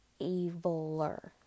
eviler